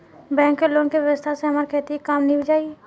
bank के loan के व्यवस्था से हमार खेती के काम नीभ जाई